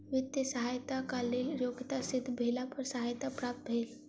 वित्तीय सहयताक लेल योग्यता सिद्ध भेला पर सहायता प्राप्त भेल